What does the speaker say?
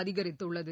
அதிகரித்துள்ளது